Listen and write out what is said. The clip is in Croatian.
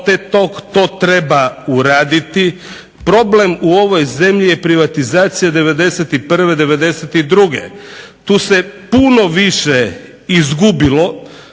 otetog, to treba uraditi, problem u ovoj zemlji je privatizacija 91., 92 tu se puno više izgubilo